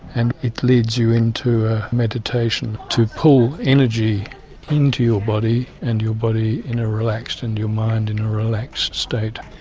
and it leads you into meditation to pull energy into your body and your body in a relaxed and your mind in a relaxed state.